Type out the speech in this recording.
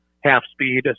half-speed